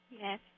Yes